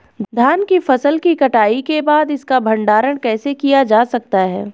धान की फसल की कटाई के बाद इसका भंडारण कैसे किया जा सकता है?